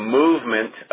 movement